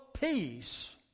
peace